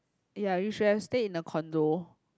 ya you should have stayed in a condo